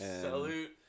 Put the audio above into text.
Salute